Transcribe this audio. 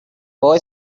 boy